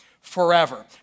forever